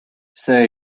see